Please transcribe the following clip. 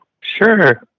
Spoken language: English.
Sure